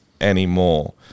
anymore